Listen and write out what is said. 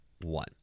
one